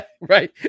right